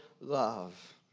love